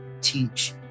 teach